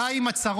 די עם הצרות,